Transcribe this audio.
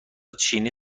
چینی